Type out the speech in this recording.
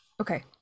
okay